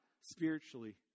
spiritually